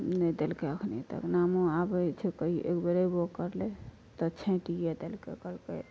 नहि देलकै अखनी तक नामो आबै छै तऽ एहि बेर अयबौ करलै तऽ छाँटिए देलकै कहलकै